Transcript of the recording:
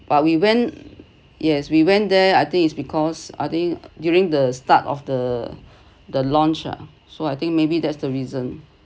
but we went yes we went there I think it's because I think during the start of the the launch ah so I think maybe that's the reason